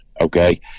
okay